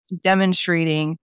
demonstrating